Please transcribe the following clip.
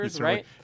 right